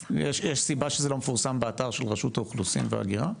יש סיבה שזה לא מפורסם באתר של רשות האוכלוסין וההגירה?